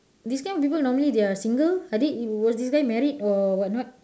these kind of people normally they are single I think was this guy married or what not